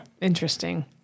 Interesting